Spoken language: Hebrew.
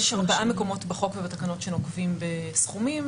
יש 4 מקומות בחוק ובתקנות שנוקבים בסכומים